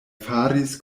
faris